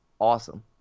awesome